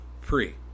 free